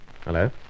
Hello